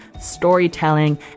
storytelling